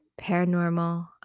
Paranormal